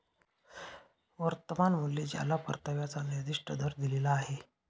वर्तमान मूल्य ज्याला परताव्याचा निर्दिष्ट दर दिलेला आहे